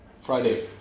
Friday